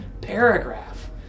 paragraph